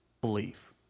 belief